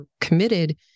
committed